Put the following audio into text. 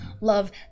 love